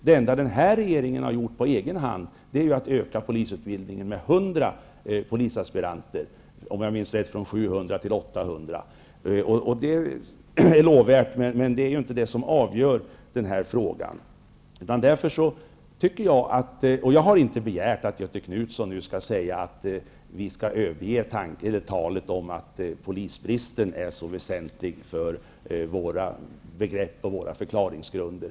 Det enda som den här regeringen har gjort på egen hand är att öka platserna inom polisutbildningen med 100, från 700 till 800 platser, om jag minns rätt. Det är i och för sig lovvärt, men det avgör ju inte den här frågan. Jag har inte begärt att Göthe Knutson skall överge talet om att polisbristen är väsentlig för våra förklaringsgrunder.